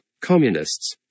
communists